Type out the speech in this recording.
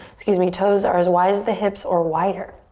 excuse me, toes are as wide as the hips or wider.